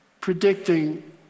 predicting